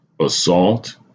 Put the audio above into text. Assault